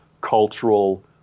cultural